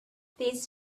these